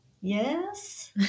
yes